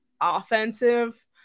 offensive